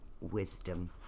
wisdom